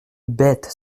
bête